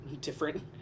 different